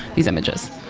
these images